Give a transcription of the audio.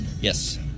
Yes